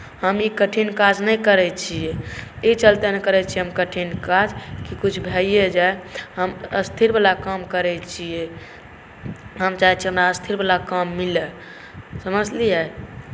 हम ई कठिन काज नहि करैत छियै ई चलते नहि करैत छियै हम कठिन काज कुछ भैए जाय हम स्थिरवला काम करैत छियै हम चाहैत छी हमरा स्थिरवला काम मिलय समझलियै